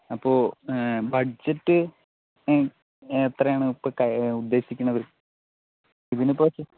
അപ്പോൾ ബഡ്ജറ്റ് എത്രയാണ് ഇപ്പോൾ ഉദ്ദേശിക്കുന്നത് ഇതിനിപ്പോൾ